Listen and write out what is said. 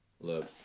Look